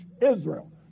Israel